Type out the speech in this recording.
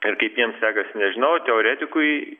ir kaip jiems sekasi nežinau teoretikui